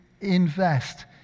invest